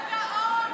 אתה גאון,